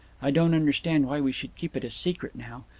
i don't understand why we should keep it a secret now.